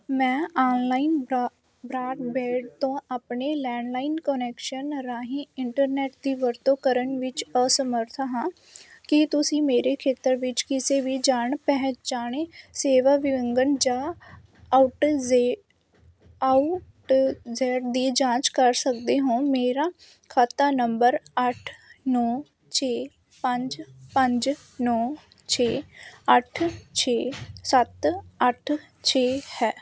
ਮੈਂ online broadband ਤੋਂ ਆਪਣੇ ਲੈਂਡਲਾਈਨ ਕੁਨੈਕਸ਼ਨ ਰਾਹੀਂ ਇੰਟਰਨੈੱਟ ਦੀ ਵਰਤੋਂ ਕਰਨ ਵਿੱਚ ਅਸਮਰੱਥ ਹਾਂ ਕੀ ਤੁਸੀਂ ਮੇਰੇ ਖੇਤਰ ਵਿੱਚ ਕਿਸੇ ਵੀ ਜਾਣੇ ਪਛਾਣੇ ਸੇਵਾ ਵਿਘਨ ਜਾਂ ਆਉਟੇਜ ਆਊਟਜੈਡ ਦੀ ਜਾਂਚ ਕਰ ਸਕਦੇ ਹੋ ਮੇਰਾ ਖਾਤਾ ਨੰਬਰ ਅੱਠ ਨੌਂ ਛੇ ਪੰਜ ਪੰਜ ਨੌਂ ਛੇ ਅੱਠ ਛੇ ਸੱਤ ਅੱਠ ਛੇ ਹੈ